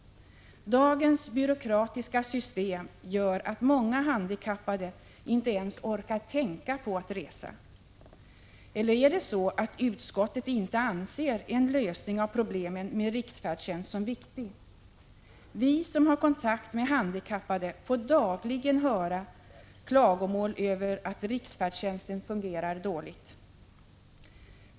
Eller är det så att utskottet inte anser en lösning av problemen med riksfärdtjänst viktig? Dagens byråkratiska system gör att många handikappade inte ens orkar tänka på att resa. Vi som har kontakt med handikappade får dagligen höra klagomål över att riksfärdtjänsten fungerar dåligt.